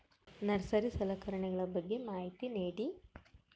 Nursery ಸಲಕರಣೆಗಳ ಬಗ್ಗೆ ಮಾಹಿತಿ ನೇಡಿ?